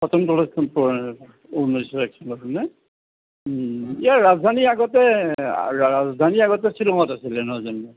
cotton কলেজখন পুৰণা ঊনৈছশ এক চনত হয়নে উম ইয়াৰ ৰাজধানী আগতে ৰাজধানী আগতে শ্বিলঙত আছিলে নহয় জানো